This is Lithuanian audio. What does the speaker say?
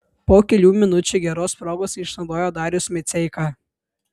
po kelių minučių geros progos neišnaudojo darius miceika